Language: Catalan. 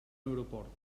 aeroport